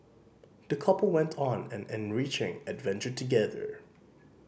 the couple went on an enriching adventure together